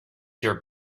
your